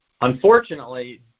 unfortunately